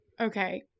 okay